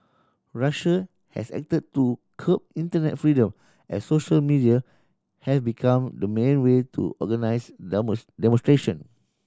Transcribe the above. Russia has acted to curb internet freedom as social media have become the main way to organise demonstration